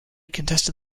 contested